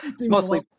mostly